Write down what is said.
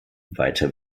weiter